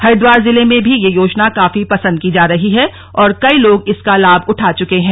हरिद्वार जिले में भी ये योजना काफी पसंद की जा रही है और कई लोग इसका लाभ उठा च्वके हैं